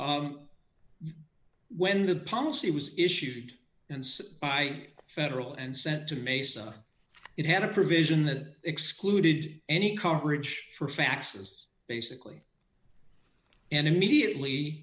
when the policy was issued and by federal and sent to mesa it had a provision that excluded any coverage for faxes basically and immediately